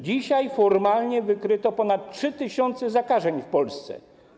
Dzisiaj formalnie wykryto ponad 3 tys. zakażeń w Polsce.